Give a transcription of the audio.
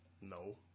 No